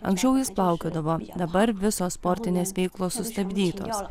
anksčiau jis plaukiodavo dabar visos sportinės veiklos sustabdytos